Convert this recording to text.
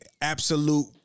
absolute